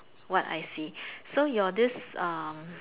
what I see so your this um